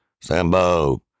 Sambo